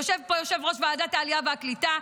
יושב פה יושב-ראש ועדת העלייה והקליטה,